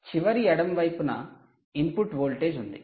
చివరి ఎడమ వైపున ఇన్పుట్ వోల్టేజ్ ఉంది